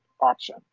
option